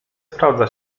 sprawdza